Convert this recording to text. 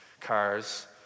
Cars